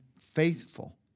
faithful